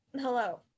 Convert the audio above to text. Hello